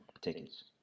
tickets